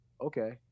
okay